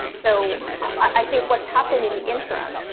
so i think what's happened in the interim,